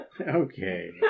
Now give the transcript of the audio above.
Okay